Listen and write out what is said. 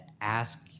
ask